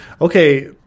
Okay